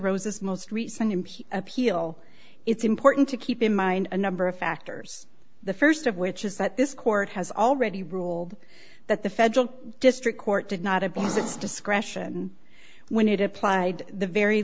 this most recent appeal it's important to keep in mind a number of factors the st of which is that this court has already ruled that the federal district court did not abuse its discretion when it applied the very